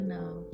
now